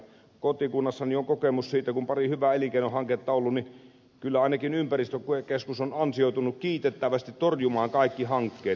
kotikunnassani on kokemus siitä että kun pari hyvää elinkeinohanketta on ollut niin kyllä ainakin ympäristökeskus on ansioitunut kiitettävästi torjumaan kaikki hankkeet